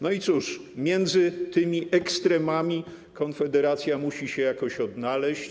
No i cóż, między tymi ekstremami Konfederacja musi się jakoś odnaleźć.